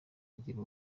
agira